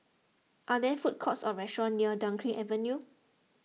are there food courts or restaurants near Dunkirk Avenue